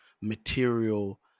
material